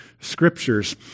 scriptures